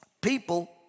people